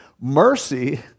Mercy